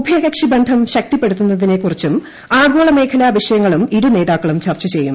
ഉഭയകക്ഷി ബന്ധം ശക്തിപ്പെടുത്തുന്നതിനെക്കുറിച്ചും ആഗോളമേഖലാ വിഷയങ്ങളും ഇരുനേതാക്കളും ചർച്ചചെയും